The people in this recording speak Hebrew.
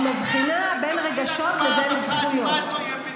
אני מבחינה בין רגשות לבין זכויות.